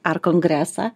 ar kongresą